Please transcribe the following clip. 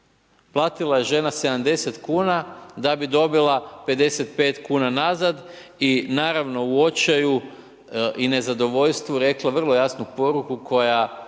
Platila je žena 70 kuna da bi dobila 55 kuna nazad i naravno u očaju i nezadovoljstvu rekla vrlo jasnu poruku koja